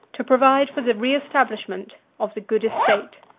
to provide for the reestablishment of the good estate.